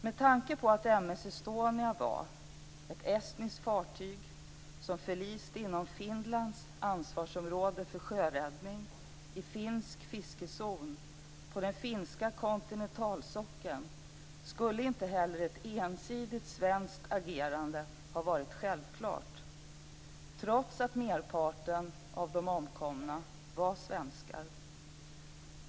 Med tanke på att M/S Estonia var ett estniskt fartyg som förliste inom Finlands ansvarsområde för sjöräddning, i finsk fiskezon, på den finska kontinentalsockeln skulle inte heller ett ensidigt svenskt agerande ha varit självklart, trots att merparten av de omkomna var svenskar.